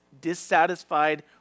dissatisfied